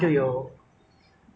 可是那边去是很贵 ya